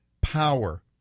power